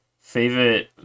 Favorite